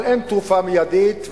אבל אין תרופה מיידית,